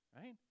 right